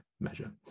measure